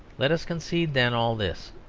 let us concede then all this,